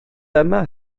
yma